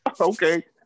Okay